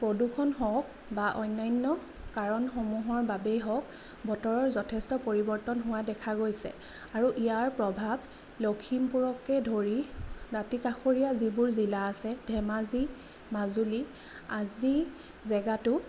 প্ৰদূষণ হওক বা অন্যান্য কাৰণসমূহৰ বাবেই হওক বতৰৰ যথেষ্ট পৰিৱৰ্তন হোৱা দেখা গৈছে আৰু ইয়াৰ প্ৰভাৱ লখিমপুৰকে ধৰি দাঁতি কাষৰীয়া যিবোৰ জিলা আছে ধেমাজি মাজুলী আদি জেগাটো